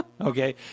Okay